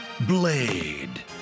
Blade